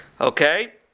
Okay